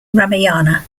ramayana